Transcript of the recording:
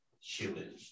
human